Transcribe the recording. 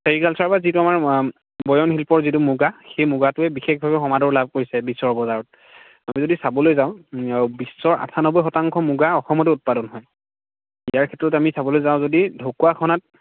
sericulture বা যিটো আমাৰ বয়নশিল্প যিটো মুগা সেই মুগাটোৱে বিশেষভাৱে সমাদৰ লাভ কৰিছে বিশ্বৰ বজাৰত আমি যদি চাবলৈ যাওঁ বিশ্বৰ আঠানব্বৈ শতাংশ মুগা অসমতে উৎপাদন হয় ইয়াৰ ক্ষেত্ৰতো আমি চাবলৈ যাওঁ যদি ঢকুৱাখনাত